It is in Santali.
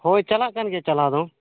ᱦᱳᱭ ᱪᱟᱞᱟᱜ ᱠᱟᱱ ᱜᱮᱭᱟ ᱪᱟᱞᱟᱣ ᱫᱚ